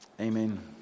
Amen